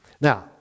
Now